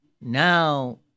Now